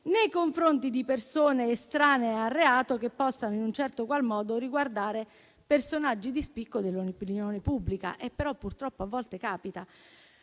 nei confronti di persone estranee al reato e che possano in un certo qual modo riguardare personaggi di spicco dell'opinione pubblica (purtroppo a volte capita).